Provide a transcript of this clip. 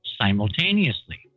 simultaneously